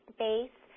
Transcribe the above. base